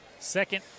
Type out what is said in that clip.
Second